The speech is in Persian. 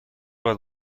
باید